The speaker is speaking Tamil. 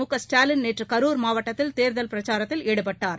முகஸ்டாலின் நேற்று கரூர் மாவட்டத்தில் தேர்தல் பிரச்சாரத்தில் ஈடுபட்டார்